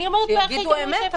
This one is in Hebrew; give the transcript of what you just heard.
אני אומרת בהכי גלוי שאפשר.